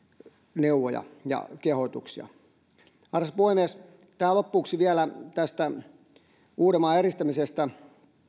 neuvoja ja kehotuksia arvoisa puhemies tähän lopuksi vielä tästä uudenmaan eristämisestä